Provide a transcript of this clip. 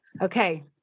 Okay